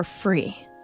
free